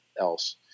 else